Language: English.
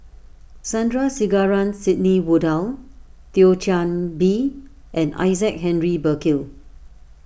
Sandrasegaran Sidney Woodhull Thio Chan Bee and Isaac Henry Burkill